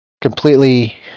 completely